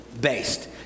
based